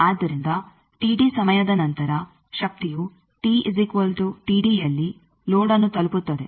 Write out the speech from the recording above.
ಆದ್ದರಿಂದ ಸಮಯದ ನಂತರ ಶಕ್ತಿಯು ಯಲ್ಲಿ ಲೋಡ್ಅನ್ನು ತಲುಪುತ್ತದೆ